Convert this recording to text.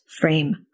frame